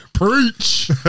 Preach